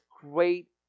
great